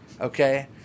okay